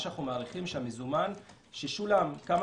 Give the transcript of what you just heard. מה שאנחנו מעריכים שהמזומן ששולם כמה